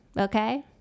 Okay